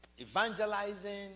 evangelizing